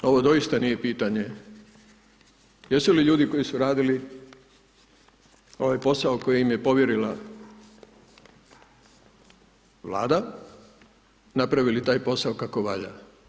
Zato, ovo doista nije pitanje, jesu li ljudi koji su radili ovaj posao koje im je povjerila vlada, napravila taj posao kako valja.